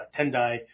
Tendai